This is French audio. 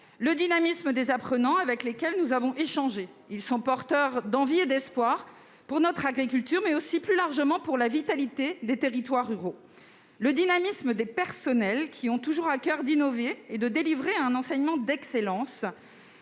Le dynamisme des apprenants, avec lesquels nous avons échangé : ils sont porteurs d'envie et d'espoir pour notre agriculture, mais aussi plus largement pour la vitalité des territoires ruraux. Le dynamisme des personnels, qui ont toujours à coeur d'innover et de délivrer un enseignement d'excellence,